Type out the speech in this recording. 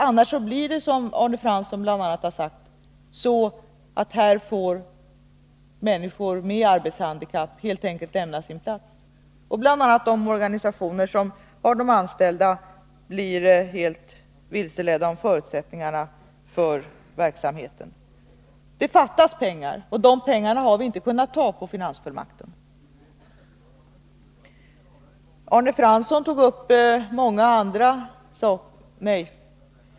Annars blir det så, som Arne Fransson bl.a. har sagt, att människor med arbetshandikapp helt enkelt får lämna sin plats. Och bl.a. de organisationer som har dessa anställda blir helt vilseledda om förutsättningarna för verksamheten. Det fattas pengar, och de pengarna har vi inte kunnat ta fram genom finansfullmakten.